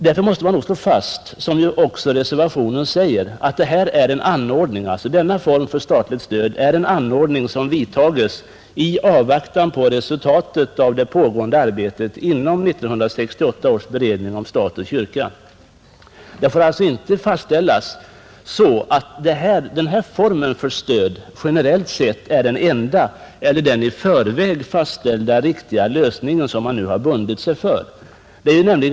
Därför måste man slå fast, vilket också framhålls i reservationen, att denna form för statligt stöd är en anordning som vidtas i avvaktan på resultatet av det pågående arbetet inom 1968 års beredning om stat och kyrka, Det får alltså inte fastställas så, att denna form för stöd generellt sett är den enda och den i förväg fastställda lösningen, som man bundit sig för.